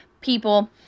people